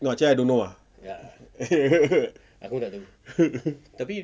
no actually I don't know ah